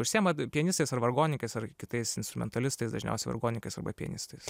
užsiėma tai pianistais ar vargoninkais ar kitais instrumentalistais dažniausiai vargonininkas arba pianistas